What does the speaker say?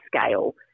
scale